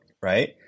right